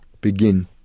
begin